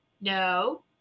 no